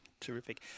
terrific